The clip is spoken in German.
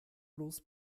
bloß